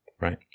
Right